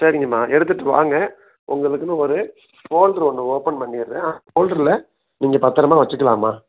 சரிங்கம்மா எடுத்துட்டு வாங்க உங்களுக்குன்னு ஒரு ஃபோல்டர் ஒன்று ஓப்பன் பண்ணிடுறேன் ஃபோல்டரில் நீங்கள் பத்திரமா வச்சிக்கலாம்மா